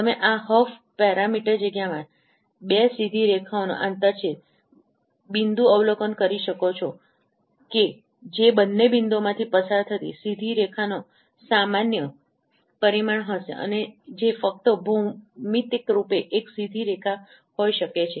તમે આ Hough parameter જગ્યામાં બે સીધી રેખાઓનો આંતરછેદ બિંદુ અવલોકન કરી શકો છો કે જે બંને બિંદુઓમાંથી પસાર થતી સીધી રેખાનો સામાન્ય પરિમાણ હશે અને જે ફક્ત ભૌમિતિક રૂપે એક સીધી રેખા હોઈ શકે છે